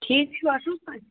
ٹھیٖک چھُوا اَصٕل پٲٹھۍ